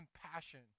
compassion